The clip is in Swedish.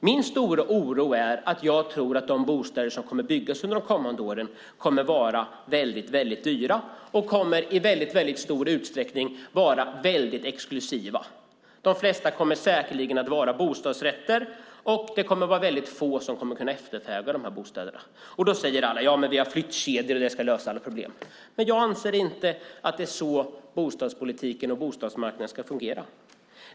Min stora oro är att de bostäder som byggs under de kommande åren kommer att vara väldigt dyra och i mycket stor utsträckning väldigt exklusiva. De flesta kommer säkerligen att vara bostadsrätter, och väldigt få kommer att kunna efterfråga bostäderna. Då säger alla: Ja, men vi har flyttkedjor, och det ska lösa alla problem. Men jag anser inte att det är så bostadspolitiken och bostadsmarknaden ska fungera.